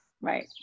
right